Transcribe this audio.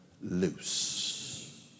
loose